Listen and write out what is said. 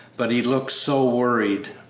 but he looks so worried.